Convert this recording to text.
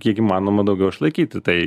kiek įmanoma daugiau išlaikyti tai